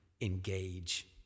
engage